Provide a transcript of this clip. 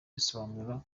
risobanura